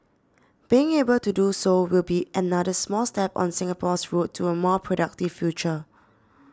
being able to do so will be another small step on Singapore's road to a more productive future